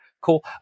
cool